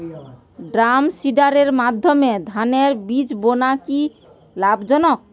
ড্রামসিডারের মাধ্যমে ধানের বীজ বোনা কি লাভজনক?